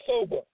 sober